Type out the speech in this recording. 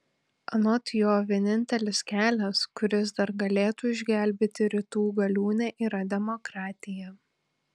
anot jo vienintelis kelias kuris dar galėtų išgelbėti rytų galiūnę yra demokratija